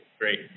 Great